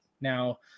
Now